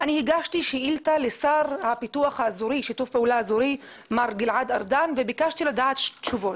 אני הגשתי שאילתה לשר לשיתוף פעולה אזורי מר גלעד ארדן וביקשתי תשובות.